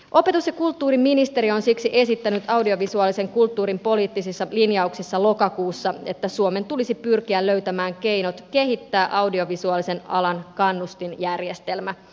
opetus ja kulttuuriministeriö on siksi esittänyt audiovisuaalisen kulttuurin poliittisissa linjauksissa lokakuussa että suomen tulisi pyrkiä löytämään keinot kehittää audiovisuaalisen alan kannustinjärjestelmä